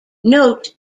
note